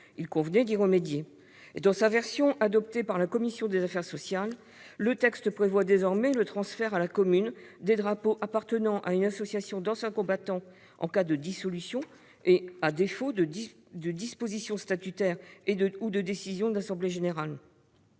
Il convenait d'y remédier. Dans sa version issue des travaux de la commission des affaires sociales, le texte prévoit désormais le transfert à la commune des drapeaux appartenant à une association d'anciens combattants, en cas de dissolution de celle-ci et à défaut de dispositions statutaires ou de décision de l'assemblée générale